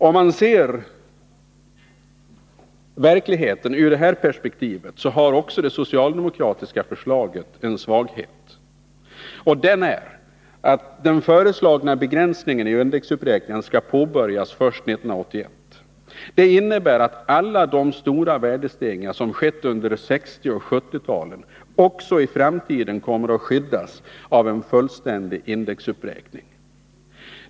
Ur detta perspektiv har också det socialdemokratiska förslaget en svaghet. Den är att begränsningen i indexuppräkningen skall påbörjas först 1981. Det innebär att alla de stora värdestegringar som skett under 1960 och 1970-talen också i framtiden kommer att skyddas av en fullständig indexuppräkning.